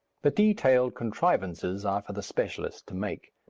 the detailed contrivances are for the specialist to make.